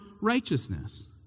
righteousness